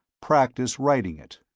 practice writing it.